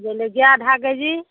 জলকীয়া আধা কেজি